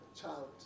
child